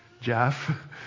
Jeff